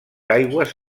aigües